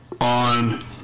on